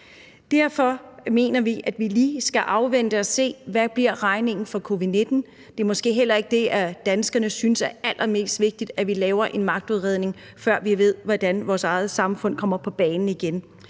Derfor mener vi, at vi lige skal afvente og se, hvad regningen bliver for covid-19. Det er måske heller ikke en magtudredning, danskerne synes er allermest vigtigt at vi laver, før vi ved, hvordan vores eget samfund kommer på banen igen.